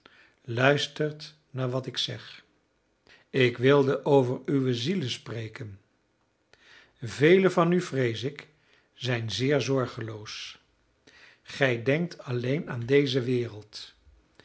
luistert naar wat ik zeg ik wilde over uwe zielen spreken vele van u vrees ik zijn zeer zorgeloos gij denkt alleen aan deze wereld